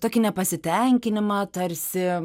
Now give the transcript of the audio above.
tokį nepasitenkinimą tarsi